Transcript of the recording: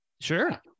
Sure